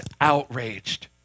outraged